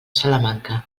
salamanca